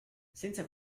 senza